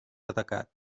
atacat